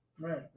Right